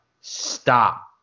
stop